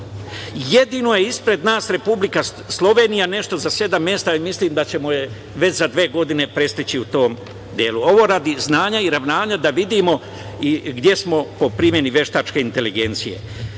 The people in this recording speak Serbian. Jedino je ispred nas Republika Slovenija, nešto za sedam mesta. Mislim da ćemo je već za dve godine prestići u tom delu. Ovo radi znanja i ravnanja da vidimo gde smo po primeni veštačke inteligencije. Primena